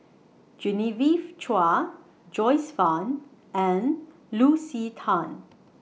Genevieve Chua Joyce fan and Lucy Tan